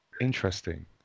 interesting